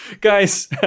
guys